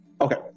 Okay